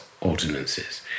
ordinances